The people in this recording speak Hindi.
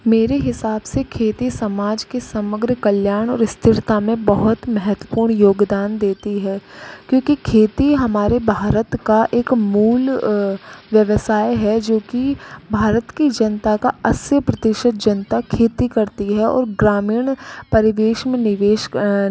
मेरे हिसाब से खेती समाज के समग्र कल्याण और स्थिरता में बहुत महत्वपूर्ण योदान देती है क्योंकि खेती हमारे भारत एक मूल व्यवसाय है जो की भारत की जनता का अस्सी प्रतिशत जनता खेती करती है और ग्रामीण परिवेश में निवेश